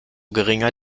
geringer